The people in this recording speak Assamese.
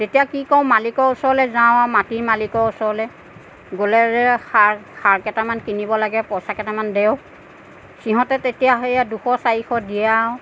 তেতিয়া কি কৰো মালিকৰ ওচৰলৈ যাওঁ আৰু মাটিৰ মালিকৰ ওচৰলে গ'লে যে সাৰ সাৰ কেইটামান কিনিব লাগে পইচা কেইটামান দে অঁ সিহঁতে তেতিয়া সেইয়া দুশ চাৰিশ দিয়ে আৰু